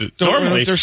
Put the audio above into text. Normally